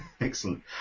excellent